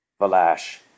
Valash